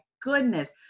goodness